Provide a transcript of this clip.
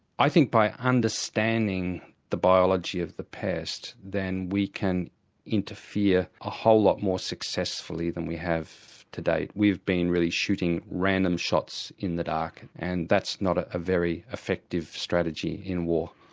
i think by understanding the biology of the pest then we can interfere a whole lot more successfully than we have to date. we've been really shooting random shots in the dark and that's not ah a very effective strategy in war.